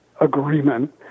agreement